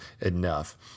enough